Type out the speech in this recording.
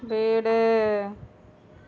வீடு